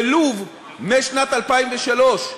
ולוב, משנת 2003,